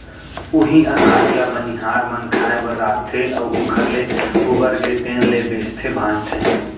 उहीं अनाज ल बनिहार मन खाए बर राखथे अउ ओखर ले उबरगे तेन ल बेचथे भांजथे